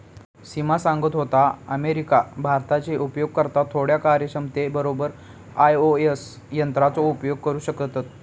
सिमा सांगत होता, अमेरिका, भारताचे उपयोगकर्ता थोड्या कार्यक्षमते बरोबर आई.ओ.एस यंत्राचो उपयोग करू शकतत